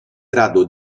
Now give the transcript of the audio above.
grado